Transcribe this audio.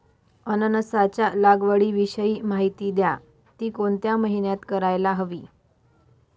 अननसाच्या लागवडीविषयी माहिती द्या, ति कोणत्या महिन्यात करायला हवी?